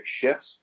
shifts